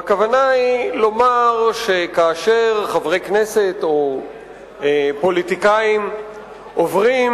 והכוונה היא לומר שכאשר חברי כנסת או פוליטיקאים עוברים